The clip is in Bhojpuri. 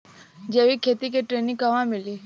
जैविक खेती के ट्रेनिग कहवा मिली?